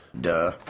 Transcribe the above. Duh